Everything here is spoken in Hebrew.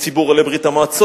יש ציבור עולי ברית-המועצות,